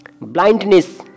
blindness